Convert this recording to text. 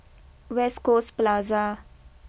West Coast Plaza